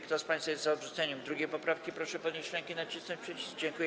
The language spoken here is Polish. Kto z państwa jest za odrzuceniem 2. poprawki, proszę podnieść rękę i nacisnąć przycisk.